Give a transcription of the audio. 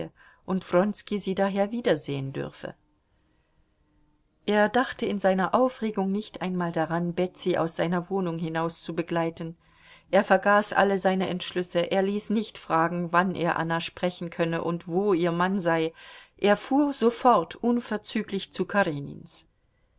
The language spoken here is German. und wronski sie daher wiedersehen dürfe er dachte in seiner aufregung nicht einmal daran betsy aus seiner wohnung hinauszubegleiten er vergaß alle seine entschlüsse er ließ nicht fragen wann er anna sprechen könne und wo ihr mann sei er fuhr sofort unverzüglich zu karenins